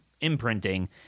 imprinting